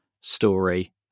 story